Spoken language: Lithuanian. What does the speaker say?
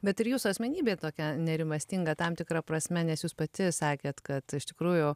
bet ir jūsų asmenybė tokia nerimastinga tam tikra prasme nes jūs pati sakėt kad iš tikrųjų